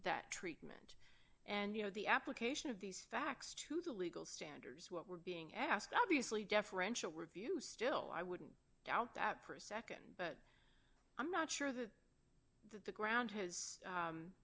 that treatment and you know the application of these facts to the legal stance what we're being asked obviously deferential review still i wouldn't doubt that for a nd but i'm not sure that that the ground has